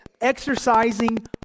exercising